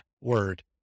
word